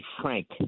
Frank